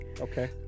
okay